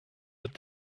with